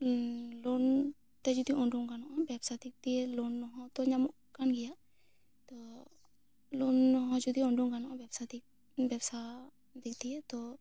ᱞᱳᱱᱛᱮ ᱡᱚᱫᱤ ᱳᱰᱳᱝ ᱜᱟᱱᱚᱜᱼᱟ ᱵᱮᱵᱥᱟ ᱫᱤᱠ ᱫᱤᱭᱮ ᱞᱳᱱᱦᱚᱸ ᱧᱟᱢᱚᱜ ᱠᱟᱱ ᱜᱮᱭᱟ ᱛᱚ ᱞᱳᱱ ᱦᱚᱸ ᱡᱚᱫᱤ ᱳᱰᱳᱝ ᱜᱟᱱᱚᱜᱼᱟ ᱵᱮᱵᱥᱟ ᱫᱤᱠ ᱫᱤᱭᱮ ᱛᱚ